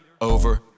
over